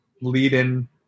lead-in